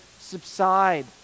subside